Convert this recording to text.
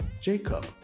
Jacob